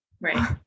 Right